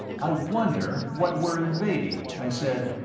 i wonder what we're invading, i said.